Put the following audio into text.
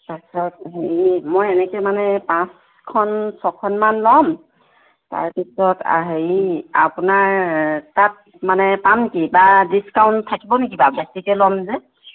তাৰপিছত হেৰি মই এনেকৈ মানে পাঁচখন ছখনমান ল'ম তাৰপিছত হেৰি আপোনাৰ তাত মানে পাম কি বা ডিছ্কাউণ্ট থাকিব নেকি বাৰু বেছিকৈ ল'ম যে